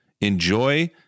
enjoy